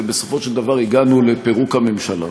ובסופו של דבר הגענו לפירוק הממשלה.